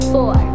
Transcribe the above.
Four